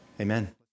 Amen